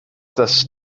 das